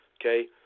okay